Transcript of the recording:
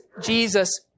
Jesus